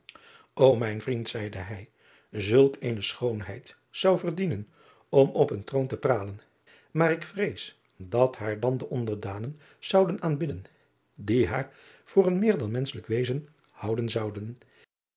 o ijn vriend zeide hij zulk eene schoonheid zou verdienen om op een troon te pralen maar ik vrees dat haar dan de onderdanen zouden aanbidden die haar voor een meer dan menschelijk wezen houden zouden